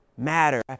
matter